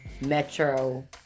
metro